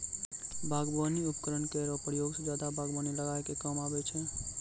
बागबानी उपकरन केरो प्रयोग सें जादा बागबानी लगाय क काम आबै छै